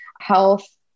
Health